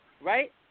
right